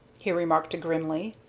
he remarked, grimly.